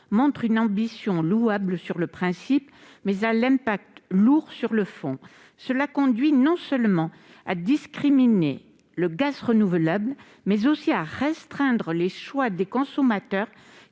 est une ambition louable sur le principe, mais son impact sera lourd. Il conduit non seulement à discriminer le gaz renouvelable, mais aussi à restreindre les choix des consommateurs,